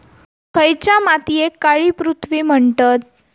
खयच्या मातीयेक काळी पृथ्वी म्हणतत?